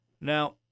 Now